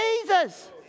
Jesus